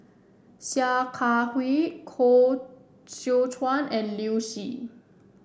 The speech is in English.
Sia Kah Hui Koh Seow Chuan and Liu Si